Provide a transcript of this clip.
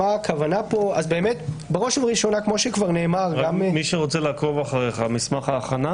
לא בדיוק כמו ההכחשות שנאמרו בצורה גורפת.